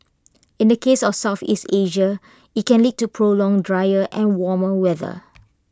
in the case of Southeast Asia IT can lead to prolonged drier and warmer weather